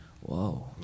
Whoa